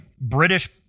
British